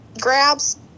grabs